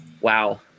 wow